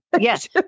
Yes